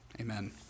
amen